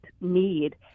need